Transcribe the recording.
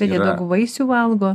bet jie daug vaisių valgo